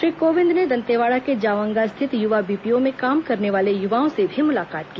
श्री कोविंद ने दंतेवाड़ा के जावंगा स्थित युवा बीपीओ में काम करने वाले युवाओं से भी मुलाकात की